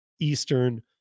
eastern